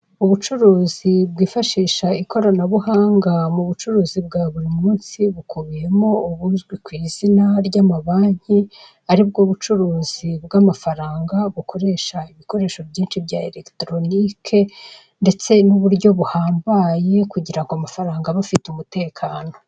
Ubucuruzi bwifashisha ikoranabuhanga bwa buri munsi bukubiyemo ubuzwi ku izina ry'amabanki aribwo bucuruzi bw'amafaranga bukoresha ibikoresho byinshi bya eregitoronike ndetse n'uburyo buhambaye kugirango amafaranga abe afite umutekano.